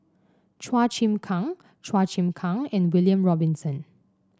Chua Chim Kang Chua Chim Kang and William Robinson